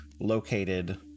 located